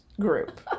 Group